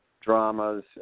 dramas